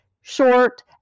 short